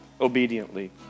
obediently